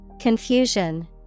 Confusion